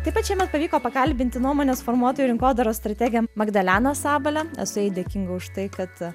taip pat šiemet pavyko pakalbinti nuomonės formuotojų rinkodaros strategę magdaleną sabalę esu jai dėkinga už tai kad